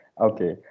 Okay